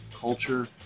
culture